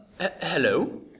hello